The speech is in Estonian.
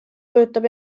kujutab